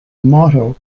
motto